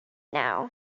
now